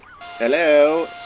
Hello